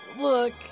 look